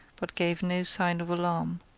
but gave no sign of alarm.